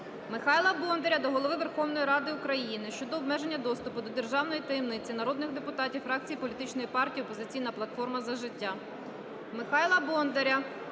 Михайла Бондаря до Голови Верховної Ради України щодо обмеження доступу до державної таємниці народних депутатів фракції політичної партії "Опозиційна платформа – За життя".